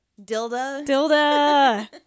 Dilda